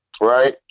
right